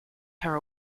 her